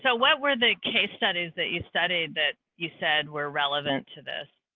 so what were the case studies that you studied that you said were relevant to this?